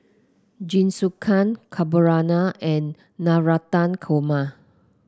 Jingisukan Carbonara and Navratan Korma